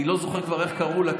אני כבר לא זוכר איך קראו לה,